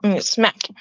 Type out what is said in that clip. Smack